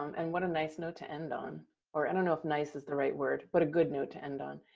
um and what a nice note to end on or i don't know if nice is the right word, but a good note to end on.